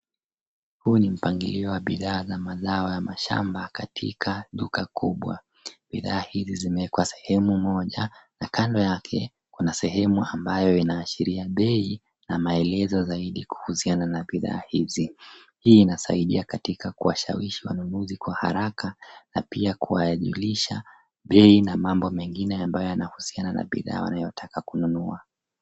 Huu ni mpangilio wa bidhaa za mazao ya mashamba katika duka kubwa. Bidhaa hizi zimewekwa sehemu moja na kando yake kuna sehemu ambayo inaashiria bei na maelezo zaidi kuhusiana na bidhaa hizi. Hii inasaidia katika kuwashawishi wanunuzi kwa haraka na pia kuwajulisha bei na mambo mengine yanayohusiana na bidhaa wanayotaka kununua.